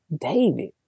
David